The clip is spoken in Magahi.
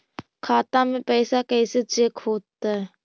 खाता में पैसा कैसे चेक हो तै?